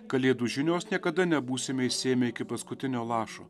kalėdų žinios niekada nebūsime išsėmę iki paskutinio lašo